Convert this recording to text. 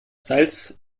salz